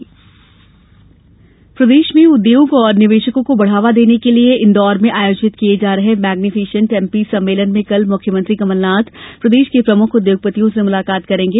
magnificent MP प्रदेश में उद्योग और निवेशकों को बढ़ावा देने के लिये इंदौर में आयोजित किये जा रहे मैग्नीफिसेंट एमपी सम्मेलन में कल मुख्यमंत्री कमलनाथ प्रदेश के प्रमुख उद्योगपतियों से मुलाकात करेंगे